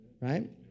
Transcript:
right